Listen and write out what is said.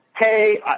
Hey